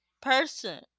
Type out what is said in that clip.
person